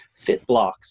Fitblocks